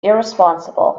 irresponsible